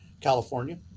California